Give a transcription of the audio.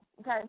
Okay